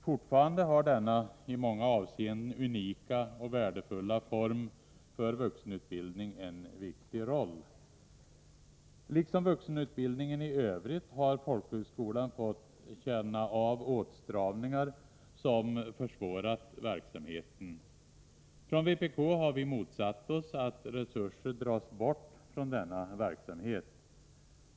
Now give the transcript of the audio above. Fortfarande spelar denna i många avseenden unika och värdefulla form för vuxenutbildning en viktig roll. Liksom vuxenutbildningen i övrigt har folkhögskolan fått känna av Nr 106 åtstramningar som försvårat verksamheten. Från vpk har vi motsatt oss att Torsdagen den resurser dras bort från denna verksamhet.